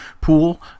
pool